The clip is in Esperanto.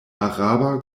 araba